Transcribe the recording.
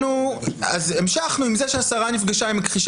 אז המשכנו עם זה שהשרה נפגשה עם מכחישי